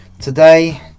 Today